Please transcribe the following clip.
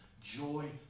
joy